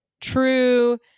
true